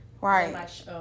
Right